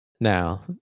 Now